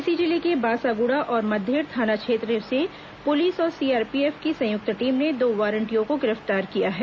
इसी जिले के बासागुड़ा और मद्देड़ थाना क्षेत्र से पुलिस और सीआरपीएफ की संयुक्त टीम ने दो वारंटियों को गिरफ्तार किया है